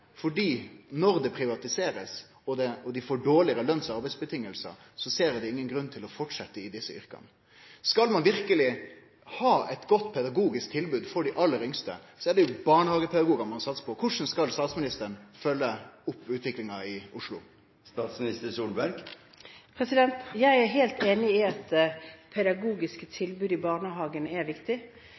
fordi dei, når det blir privatisert og dei får dårlegare løns- og arbeidsvilkår, ikkje ser nokon grunn til å fortsetje i dette yrket. Skal ein verkeleg ha eit godt pedagogisk tilbod til dei aller yngste, er det jo barnehagepedagogar ein satsar på. Korleis skal statsministeren følgje opp utviklinga i Oslo? Jeg er helt enig i at et pedagogisk tilbud i barnehagen er viktig.